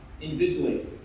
individually